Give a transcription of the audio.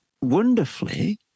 wonderfully